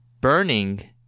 Burning